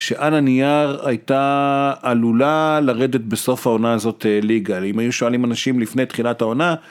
שעל הנייר הייתה עלולה לרדת בסוף העונה הזאת ליגה, אם היו שואלים אנשים לפני תחילת העונה...